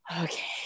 okay